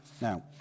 now